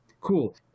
cool